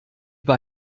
bei